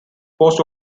post